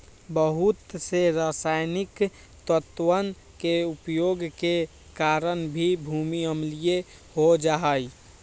बहुत से रसायनिक तत्वन के उपयोग के कारण भी भूमि अम्लीय हो जाहई